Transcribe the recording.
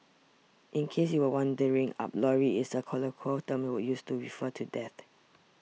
in case you were wondering Up lorry is a colloquial term used to refer to death